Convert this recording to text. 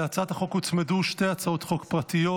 להצעת החוק הוצמדו שתי הצעות חוק פרטיות.